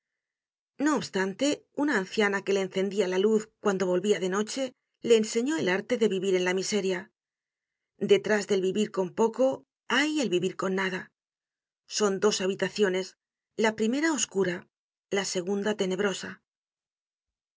no obstante una anciana que le encendia la luz cuando volvia de noche le enseñó el arte de vivir en la miseria detrás del vivir con poco hay el vivir con nada son dos habitaciones la primera oscura la segunda tenebrosa